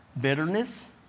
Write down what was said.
bitterness